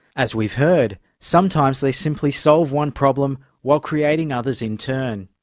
as we've heard, sometimes they simply solve one problem while creating others in turn.